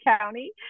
county